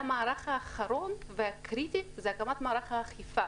והמהלך האחרון והקריטי זה הקמת מערך האכיפה.